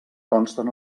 consten